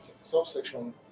subsection